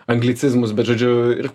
anglicizmus bet žodžiu ir